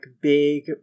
big